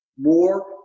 more